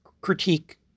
critique